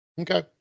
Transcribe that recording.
Okay